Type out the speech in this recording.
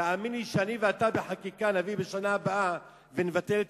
תאמין לי שאני ואתה נביא חקיקה בשנה הבאה ונבטל את